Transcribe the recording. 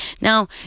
Now